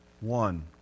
One